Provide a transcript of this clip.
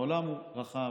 העולם הוא רחב.